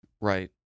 right